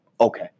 okay